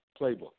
playbook